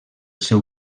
seu